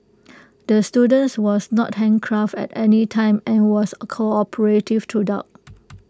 the students was not handcuffed at any time and was cooperative throughout